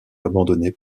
abandonnées